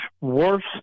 worse